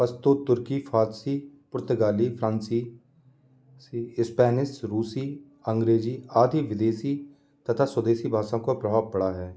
पश्तो तुर्की फ़ारसी पुर्तगाली फ़्रांसीसी इस्पैनिस रूसी अंग्रेजी आदि विदेशी तथा स्वदेशी भाषाओं का प्रभाव पड़ा है